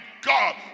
God